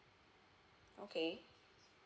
okay